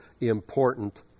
important